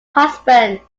husband